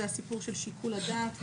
זה הסיפור של שיקול הדעת,